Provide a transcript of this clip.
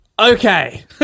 Okay